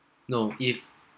no if